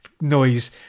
noise